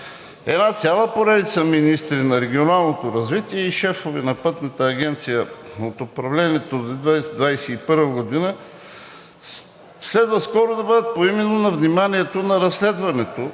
цяла една поредица министри на регионалното развитие и шефове на Пътната агенция от управлението до 2021 г. следва скоро да бъдат на вниманието на разследването